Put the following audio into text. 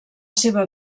seva